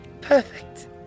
Perfect